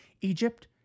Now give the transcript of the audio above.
Egypt